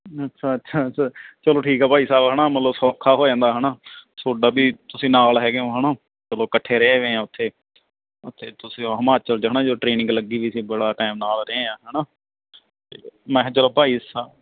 ਅੱਛਾ ਅੱਛਾ ਅੱਛਾ ਚਲੋ ਠੀਕ ਆ ਭਾਈ ਸਾਹਿਬ ਹੈ ਨਾ ਮਤਲਬ ਸੌਖਾ ਹੋ ਜਾਂਦਾ ਹੈ ਨਾ ਤੁਹਾਡਾ ਵੀ ਤੁਸੀਂ ਨਾਲ ਹੈਗੇ ਹੋ ਹੈ ਨਾ ਚਲੋ ਇਕੱਠੇ ਰਹੇ ਵਏ ਹਾਂ ਉੱਥੇ ਉੱਥੇ ਤੁਸੀਂ ਅ ਹਿਮਾਚਲ 'ਚ ਹੈ ਨਾ ਜਦੋਂ ਟ੍ਰੇਨਿੰਗ ਲੱਗੀ ਵੀ ਸੀ ਬੜਾ ਟਾਈਮ ਨਾਲ ਰਹੇ ਹਾਂ ਹੈ ਨਾ ਤਾਂ ਮੈਂ ਕਿਹਾ ਚਲੋ ਭਾਈ ਸਾ